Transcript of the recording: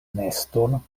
neston